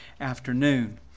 afternoon